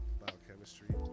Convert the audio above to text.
biochemistry